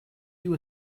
you